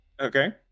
Okay